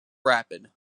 rapid